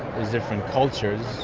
there's different cultures.